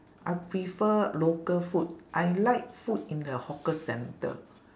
I prefer local food I like food in the hawker centre